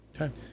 Okay